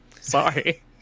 sorry